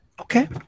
Okay